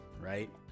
Right